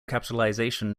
capitalization